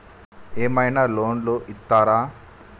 ఏమైనా లోన్లు ఇత్తరా?